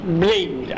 blame